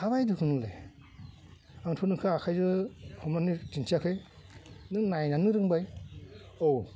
हाबाय दिखुन बुंबाय आंथ' नोंखौ आखाइजों हमनानै दिन्थियाखै नों नायनानैनो रोंबाय औ